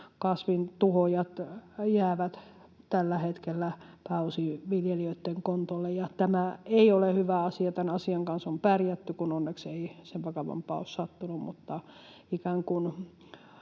kasvintuhoojat jäävät tällä hetkellä pääosin viljelijöitten kontolle, ja tämä ei ole hyvä asia. Tämän asian kanssa on pärjätty, kun onneksi ei sen vakavampaa ole sattunut,